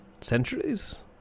centuries